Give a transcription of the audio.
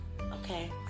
Okay